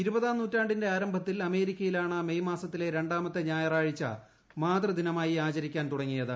ഇരുപതാം നൂറ്റാണ്ടിന്റെ ആരംഭത്തിൽ അമേരിക്കയിലാണ് മെയ്മാസത്തിലെ രണ്ടാമത്തെ ഞായറാഴ്ച മാതൃദിനമായി ആചരിക്കാൻ തുടങ്ങിയത്